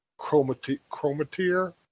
Chromatier